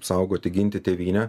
saugoti ginti tėvynę